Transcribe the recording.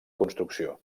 construcció